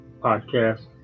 podcast